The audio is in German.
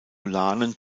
ulanen